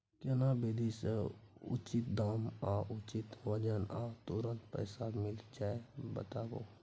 केना विधी से उचित दाम आ उचित वजन आ तुरंत पैसा मिल जाय बताबू?